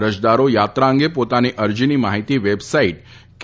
અરજદારો યાત્રા પોતાની અરજીની માહિતી વેબસાઇટ કે